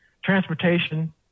transportation